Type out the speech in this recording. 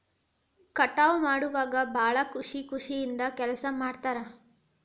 ಕಟಾವ ಮಾಡುವಾಗ ಭಾಳ ಖುಷಿ ಖುಷಿಯಿಂದ ಕೆಲಸಾ ಮಾಡ್ತಾರ